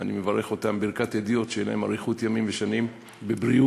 ואני מברך אותם ברכת הדיוט: שיהיו להם אריכות ימים ושנים בבריאות,